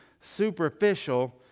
superficial